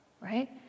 Right